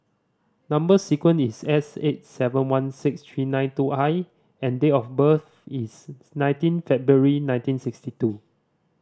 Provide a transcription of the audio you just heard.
number sequence is S eight seven one six three nine two I and date of birth is nineteen February nineteen sixty two